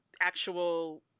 actual